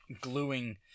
gluing